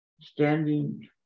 standing